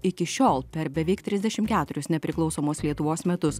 iki šiol per beveik trisdešim keturis nepriklausomos lietuvos metus